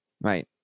right